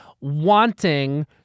wanting